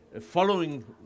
following